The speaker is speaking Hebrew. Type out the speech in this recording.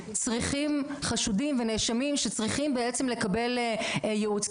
חשודים ונאשמים שצריכים בעצם לקבל ייעוץ.